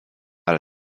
ale